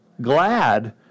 glad